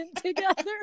together